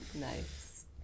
Nice